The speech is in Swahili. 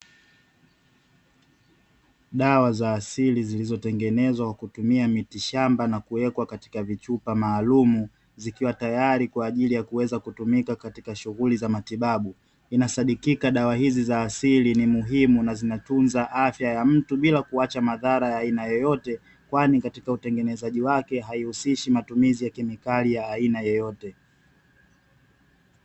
Dawa za asili zilizotengenezwa kwakutumia miti shamba na kuwekwa katika vichupa maalumu, zikiwa tayari kwa ajili ya kuweza kutumika katika shunghuli za matibabu, inasadikika dawa hizi za asili ni muhimu na zinatunza afya ya mtu bila kuacha madhara ya aina yoyote, kwani katika utengenezaji wake haihusishi matumizi ya kemikali ya aina yoyote .